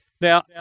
Now